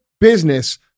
business